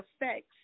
effects